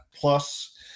plus